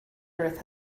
earth